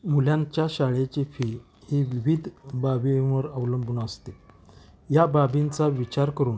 मुलांच्या शाळेची फी ही विविध बाबींवर अवलंबून असते या बाबींचा विचार करून